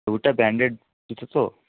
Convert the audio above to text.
ওটা ব্র্যান্ডেড জুতো